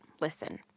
listen